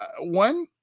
One